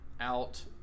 out